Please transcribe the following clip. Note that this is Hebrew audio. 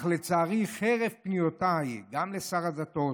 אך לצערי, חרף פניותיי, גם לשר הדתות,